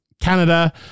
Canada